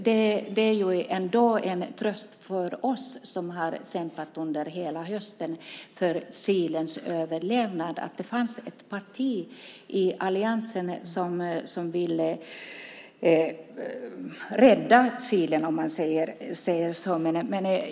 Det är ju ändå en tröst för oss som har kämpat under hela hösten för Kilens överlevnad att det fanns ett parti i alliansen som ville rädda Kilen, om man säger så.